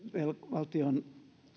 valtion